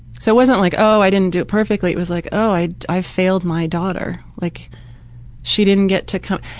so, it wasn't like oh, i didn't do it perfectly. it was like oh, i i failed my daughter. like she didn't get to come,